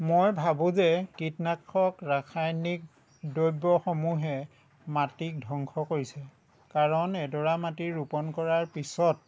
মই ভাবোঁ যে কীটনাশক ৰাসায়নিক দ্ৰব্যসমূহে মাটিক ধংস কৰিছে কাৰণ এডৰা মাটি ৰোপণ কৰাৰ পিছত